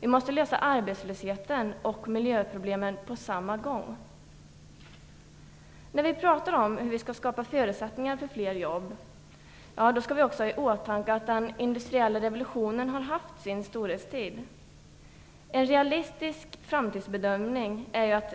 Vi måste lösa problemet med arbetslösheten och miljöproblemen på samma gång. När vi pratar om hur vi skall skapa förutsättningar för fler jobb, skall vi också ha i åtanke att den industriella revolutionen har haft sin storhetstid. En realistisk framtidsbild är att